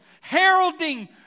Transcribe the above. Heralding